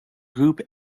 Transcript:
group